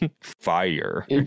fire